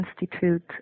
Institute